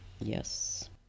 Yes